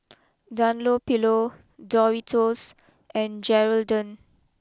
Dunlopillo Doritos and Geraldton